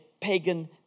pagan